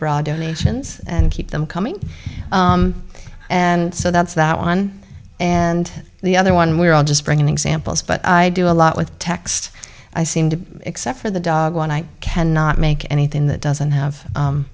broad donations and keep them coming and so that's that one and the other one we're all just bring in examples but i do a lot with text i seem to except for the dog when i cannot make anything that doesn't have